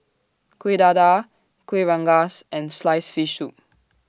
Kueh Dadar Kueh Rengas and Sliced Fish Soup